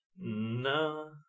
No